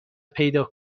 پیدا